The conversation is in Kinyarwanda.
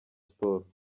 sports